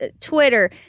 Twitter